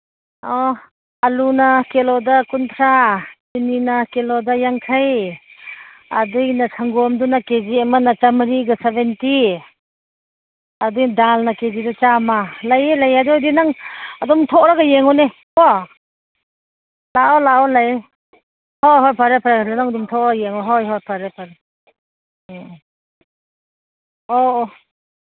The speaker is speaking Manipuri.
ꯑꯣ ꯑꯂꯨꯅ ꯀꯤꯂꯣꯗ ꯀꯨꯟꯊ꯭ꯔꯥ ꯆꯤꯅꯤꯅ ꯀꯤꯂꯣꯗ ꯌꯥꯡꯈꯩ ꯑꯗꯨꯒꯤꯅ ꯁꯪꯒꯣꯝꯗꯨꯅ ꯀꯦ ꯖꯤ ꯑꯃꯅ ꯆꯥꯝꯃꯔꯤꯒ ꯁꯚꯦꯟꯇꯤ ꯑꯗꯩ ꯗꯥꯜꯅ ꯀꯦ ꯖꯤꯗ ꯆꯥꯝꯃ ꯂꯩꯌꯦ ꯂꯩꯌꯦ ꯑꯗꯨꯑꯣꯏꯔꯗꯤ ꯅꯪ ꯑꯗꯨꯝ ꯊꯣꯛꯂꯛꯑꯒ ꯌꯦꯡꯉꯣꯅꯦꯀꯣ ꯂꯥꯛꯑꯣ ꯂꯥꯛꯑꯣ ꯂꯩꯔꯦ ꯍꯣꯏ ꯍꯣꯏ ꯐꯔꯦ ꯐꯔꯦ ꯑꯗꯨ ꯅꯪ ꯑꯗꯨꯝ ꯊꯣꯛꯂꯛꯑ ꯌꯦꯡꯉꯣ ꯍꯣꯏ ꯍꯣꯏ ꯐꯔꯦ ꯐꯔꯦ ꯎꯝ ꯎꯝ ꯑꯧ